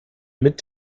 mit